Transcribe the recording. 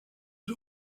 was